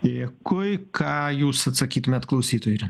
dėkui ką jūs atsakytumėt klausytojui irena